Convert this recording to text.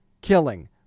killing